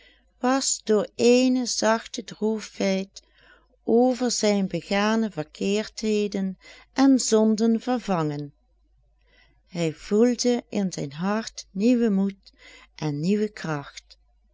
was door eene zachte droefheid over zijne begane verkeerdheden en zonden vervangen hij voelde in zijn hart nieuwen moed en nieuwe kracht